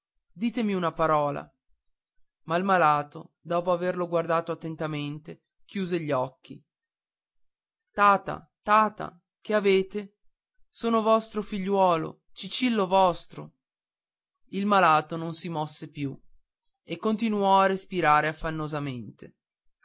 ditemi una parola ma il malato dopo averlo guardato attentamente chiuse gli occhi tata tata che avete sono il vostro figliuolo cicillo vostro il malato non si mosse più e continuò a respirare